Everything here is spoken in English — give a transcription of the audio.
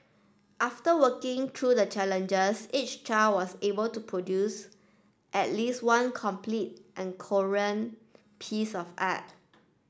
after working through the challenges each child was able to produce at least one complete and coherent piece of art